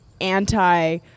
anti